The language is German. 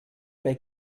bei